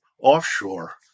offshore